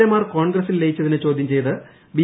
എമാർ കോൺഗ്രസിൽ ലയിച്ചതിനെ ചോദ്യം ചെയ്ത് ബി